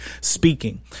speaking